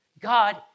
God